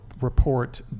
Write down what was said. report